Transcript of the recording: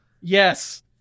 Yes